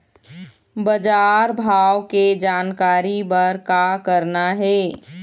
बजार भाव के जानकारी बर का करना हे?